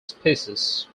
species